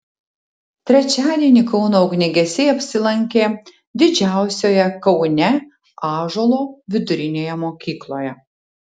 trečiadienį kauno ugniagesiai apsilankė didžiausioje kaune ąžuolo vidurinėje mokykloje